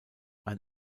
ein